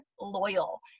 loyal